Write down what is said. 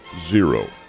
Zero